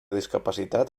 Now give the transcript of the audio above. discapacitat